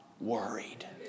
worried